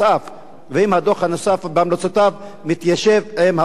האם הדוח הנוסף והמלצותיו מתיישבים עם החוק הבין-לאומי,